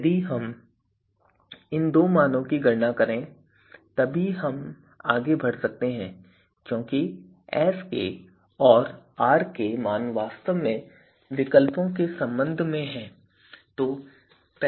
यदि हम इन दो मानों की गणना करें तभी हम आगे बढ़ सकते हैं क्योंकिSkऔर Rk मान वास्तव में विकल्पों के संबंध में हैं